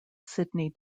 sydney